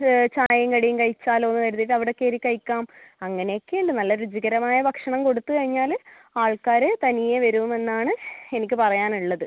ചായയും കടിയും കഴിച്ചാലോ എന്ന് കരുതി അവിടെ കയറി കഴിക്കാം അങ്ങനെ ഒക്കെ ഉണ്ട് നല്ല രുചികരമായ ഭക്ഷണം കൊടുത്ത് കഴിഞ്ഞാൽ ആൾക്കാർ തനിയെ വരുമെന്നാണ് എനിക്ക് പറയാൻ ഉള്ളത്